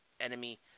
enemy